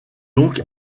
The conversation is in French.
donc